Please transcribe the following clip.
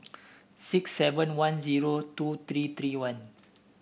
six seven one zero two three three one